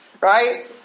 Right